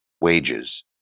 wages